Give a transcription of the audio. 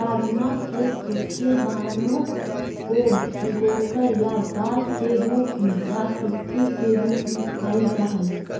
राजमा के सूखे दानों को भिगोकर या दाल के रूप में या सब्जी के रूप में खाईल जा हई